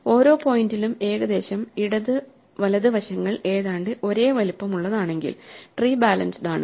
ഓരോ പോയിന്റിലും ഏകദേശം ഇടത് വലത് വശങ്ങൾ ഏതാണ്ട് ഒരേ വലുപ്പമുള്ളതാണെകിൽ ട്രീ ബാലൻസ്ഡ്ആണ്